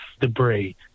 debris